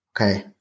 Okay